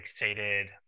fixated